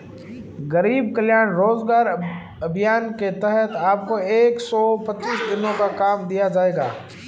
गरीब कल्याण रोजगार अभियान के तहत आपको एक सौ पच्चीस दिनों का काम दिया जाएगा